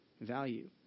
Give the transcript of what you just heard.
value